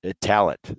talent